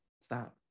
Stop